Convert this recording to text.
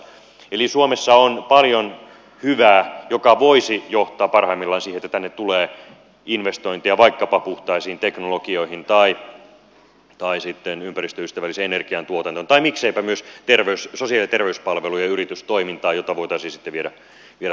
eli suomessa on paljon hyvää joka voisi johtaa parhaimmillaan siihen että tänne tulee investointeja vaikkapa puhtaisiin teknologioihin tai sitten ympäristöystävälliseen energiantuotantoon tai mikseipä myös sosiaali ja terveyspalvelujen yritystoimintaan jota voitaisiin sitten viedä taas toiseen suuntaan